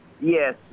yes